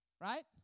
Right